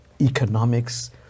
economics